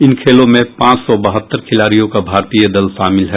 इन खेलों में पांच सौ बहत्तर खिलाड़ियों का भारतीय दल शामिल हैं